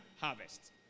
harvest